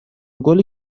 گلی